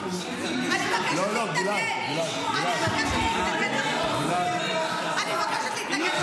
אני מבקשת להתנגד, אני מבקשת להתנגד לחוק.